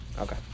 Okay